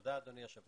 תודה אדוני היושב